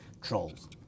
Trolls